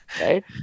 Right